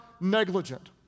negligent